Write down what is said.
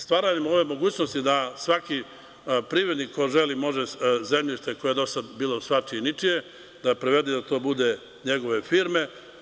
Stvaranjem ove mogućnosti da svaki privrednik ko želi može zemljište koje je dosad bilo svačije i ničije da prevede i da to bude od njegove firme.